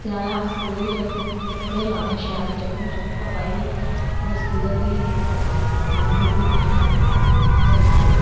स्याले अस कुतै बी जाई सकने कपडे़ लाने शैल जेकटां शैकटां पाइयै ते अस कुतै बी मतलब कि घूमने गी अस जाई सकने